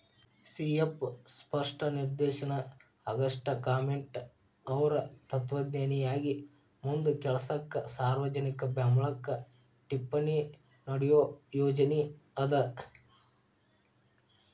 C F ಸ್ಪಷ್ಟ ನಿದರ್ಶನ ಆಗಸ್ಟೆಕಾಮ್ಟೆಅವ್ರ್ ತತ್ವಜ್ಞಾನಿಯಾಗಿ ಮುಂದ ಕೆಲಸಕ್ಕ ಸಾರ್ವಜನಿಕ ಬೆಂಬ್ಲಕ್ಕ ಟಿಪ್ಪಣಿ ನೇಡೋ ಯೋಜನಿ ಅದ